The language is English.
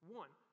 one